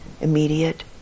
immediate